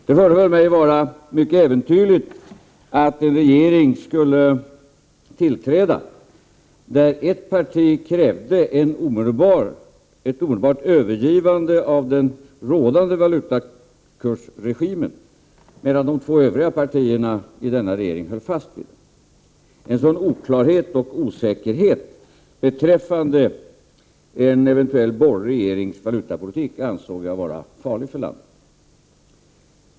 Det föreföll mig vara äventyrligt att en regering skulle tillträda där ett parti krävde ett omedelbart övergivande av den rådande valutakursregimen, medan de två övriga partierna i denna regering höll fast vid den. En sådan oklarhet, en sådan osäkerhet beträffande en eventuell borgerlig regerings valutapolitik ansåg jag vara farlig för landet.